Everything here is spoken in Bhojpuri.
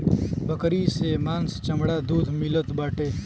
बकरी से मांस चमड़ा दूध मिलत बाटे